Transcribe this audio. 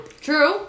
True